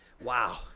Wow